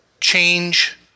change